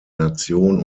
nation